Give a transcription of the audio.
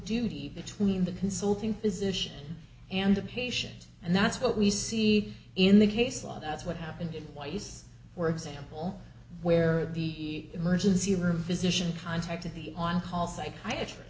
duty between the consulting physician and the patient and that's what we see in the case law that's what happened in weiss for example where the emergency room physician contacted the hall psychiatry